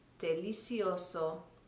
delicioso